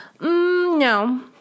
No